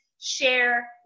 share